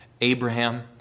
Abraham